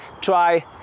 try